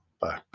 Bye